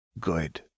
good